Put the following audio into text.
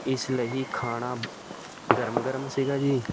ਇਸ ਲਈ ਖਾਣਾ ਗਰਮ ਗਰਮ ਸੀਗਾ ਜੀ